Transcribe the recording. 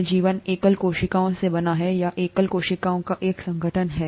तो जीवन एकल कोशिकाओं से बना है या एकल कोशिकाओं का एक संगठन है